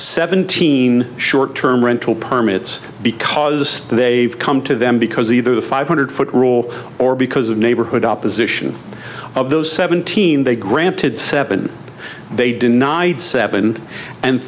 seventeen short term rental perm it's because they've come to them because either the five hundred foot rule or because of neighborhood opposition of those seventeen they granted seven they denied seven and